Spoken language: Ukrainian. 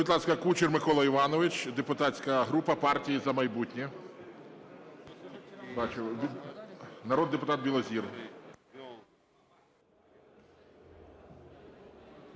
Будь ласка, Кучер Микола Іванович, депутатська група "Партії "За майбутнє". Народний депутат Білозір.